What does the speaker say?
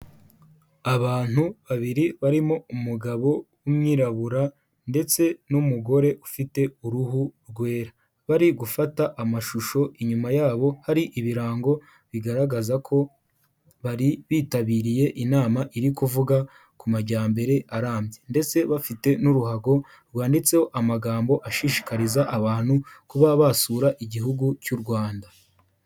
Abantu babiri barimo umugabo w'umwirabura ndetse n'umugore ufite uruhu rwera, bari gufata amashusho inyuma yabo hari ibirango bigaragaza ko bari bitabiriye inama iri kuvuga ku majyambere arambye, ndetse bafite n'uruhago rwanditseho amagambo ashishikariza abantu kuba basura igihugu cy'u Rwanda.